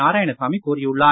நாராயணசாமி கூறியுள்ளார்